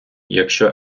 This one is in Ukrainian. якщо